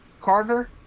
Carter